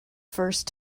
first